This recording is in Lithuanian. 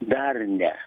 dar ne